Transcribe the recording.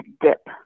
dip